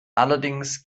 allerdings